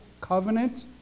covenant